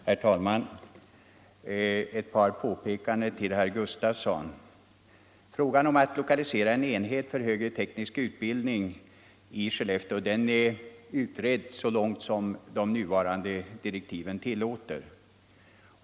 Herr talman! Ett par påpekanden till herr Gustafsson i Barkarby! Frågan om att lokalisera en enhet för högre teknisk utbildning i Skellefteå är utredd så långt som de nuvarande direktiven tillåter.